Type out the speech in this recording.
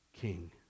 King